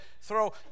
throw